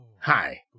Hi